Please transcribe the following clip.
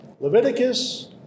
Leviticus